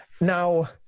Now